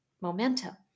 momentum